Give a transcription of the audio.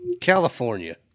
California